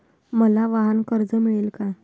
मला वाहनकर्ज मिळेल का?